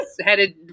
headed